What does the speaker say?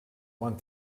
one